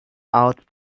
out